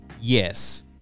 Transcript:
yes